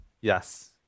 Yes